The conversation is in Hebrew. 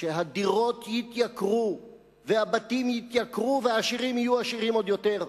שהדירות יתייקרו והבתים יתייקרו והעשירים יהיו עשירים יותר.